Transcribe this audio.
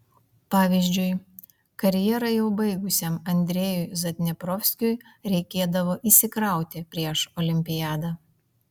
pavyzdžiui karjerą jau baigusiam andrejui zadneprovskiui reikėdavo įsikrauti prieš olimpiadą